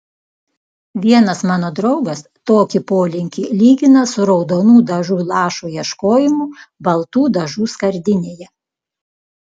vienas mano draugas tokį polinkį lygina su raudonų dažų lašo ieškojimu baltų dažų skardinėje